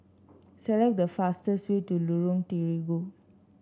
select the fastest way to Lorong Terigu